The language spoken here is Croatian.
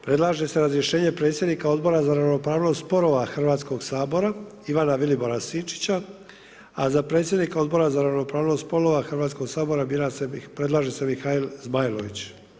Predlaže se razrješenje predsjednika Odbora za ravnopravnost spolova Hrvatskog sabora Ivana Vilibora Sinčića, a za predsjednika Odbora za ravnopravnost spolova Hrvatskog sabora predlaže se Mihael Zmajlović.